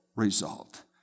result